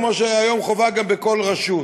כמו שהיום חובה גם בכל רשות.